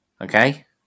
okay